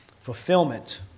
fulfillment